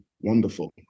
wonderful